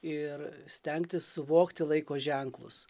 ir stengtis suvokti laiko ženklus